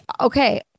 Okay